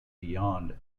beyond